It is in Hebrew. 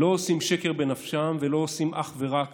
לא עושים שקר בנפשם ולא עושים אך ורק